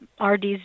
RDs